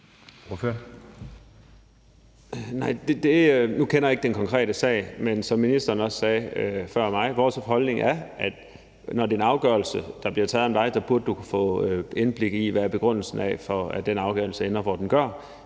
Nu kender jeg ikke den konkrete sag, men som ministeren også sagde før mig, er vores holdning, at når det er en afgørelse, der bliver taget om dig, burde du kunne få indblik i, hvad begrundelsen er for, at den afgørelse ender, hvor den gør.